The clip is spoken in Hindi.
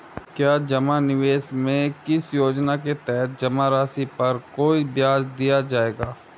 क्या जमा निवेश में इस योजना के तहत जमा राशि पर कोई ब्याज दिया जाएगा?